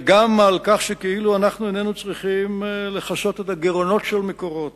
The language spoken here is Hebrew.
וגם על כך שכאילו אנחנו איננו צריכים לכסות את הגירעונות של "מקורות".